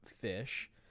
fish